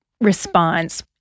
response